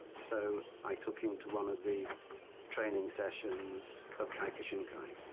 so i took him to one of the training sessions of kyokushinkai,